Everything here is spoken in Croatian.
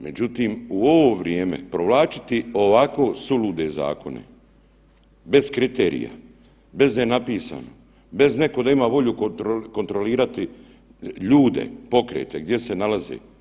Međutim, u ovo vrijeme provlačiti ovako sulude zakone, bez kriterija, bez da je napisan, bez netko da ima volju kontrolirati ljude, pokrete, gdje se nalaze.